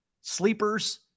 sleepers